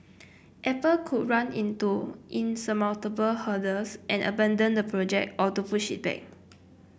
apple could run into insurmountable hurdles and abandon the project or to push it back